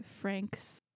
Frank's